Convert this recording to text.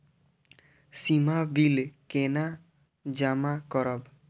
सीमा bill केना जमा करब?